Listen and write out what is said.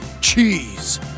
cheese